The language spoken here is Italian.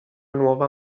nuova